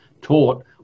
taught